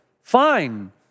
Fine